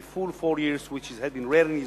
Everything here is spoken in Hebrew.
the full four-year term (which has been rare in Israel),